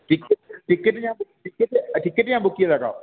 ticket ticket ഞാൻ ticket ticket ഞാൻ book ചെയ്തേക്കാം